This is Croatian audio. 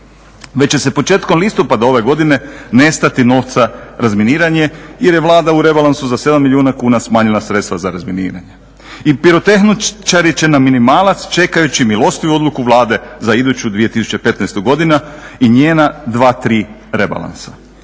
Već će početkom listopada ove godine nestati novca razminiranje jer je Vlada u rebalansu za 7 milijuna kuna smanjila sredstva za razminiranje. I pirotehničari će na minimalac čekajući milostivu odluku Vlade za iduću 2015. godinu i njena 2, 3 rebalansa.